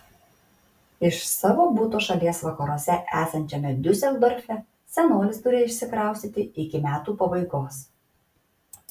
iš savo buto šalies vakaruose esančiame diuseldorfe senolis turi išsikraustyti iki metų pabaigos